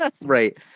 Right